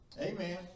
Amen